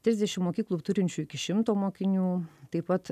trisdešim mokyklų turinčių iki šimto mokinių taip pat